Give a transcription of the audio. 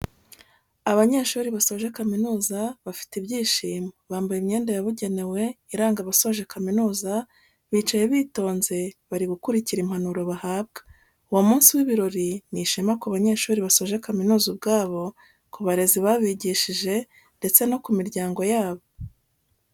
Abanyeshuri basoje kamizuza bafite ibyishimo, bambaye imyenda yabugenewe iranga abasoje kaminuza bicaye bitonze bari gukurikira impanuro bahabwa, uwo munsi w'ibirori ni ishema ku banyeshuri basoje kaminuza ubwabo, ku barezi babigishije ndetse no ku miryango yabo.